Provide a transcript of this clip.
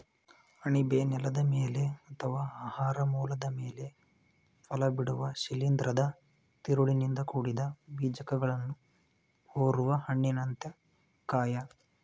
ಅಣಬೆ ನೆಲದ ಮೇಲೆ ಅಥವಾ ಆಹಾರ ಮೂಲದ ಮೇಲೆ ಫಲಬಿಡುವ ಶಿಲೀಂಧ್ರದ ತಿರುಳಿನಿಂದ ಕೂಡಿದ ಬೀಜಕಗಳನ್ನು ಹೊರುವ ಹಣ್ಣಿನಂಥ ಕಾಯ